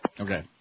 Okay